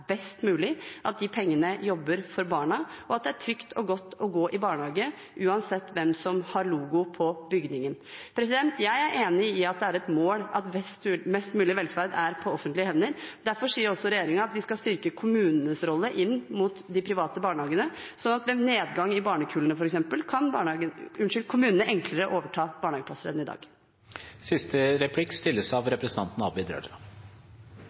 best mulig, at de pengene jobber for barna, og at det er trygt og godt å gå i barnehage, uansett hvem som har logo på bygningen. Jeg er enig i at det er et mål at mest mulig velferd er på offentlige hender. Derfor sier også regjeringen at vi skal styrke kommunenes rolle inn mot de private barnehagene, slik at kommunene f.eks. ved nedgang i barnekullene enklere kan overta barnehageplasser enn i